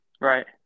Right